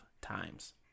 times